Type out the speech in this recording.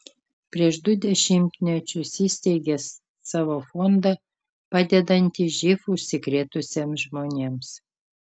prieš du dešimtmečius įsteigė savo fondą padedantį živ užsikrėtusiems žmonėms